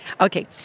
Okay